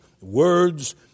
words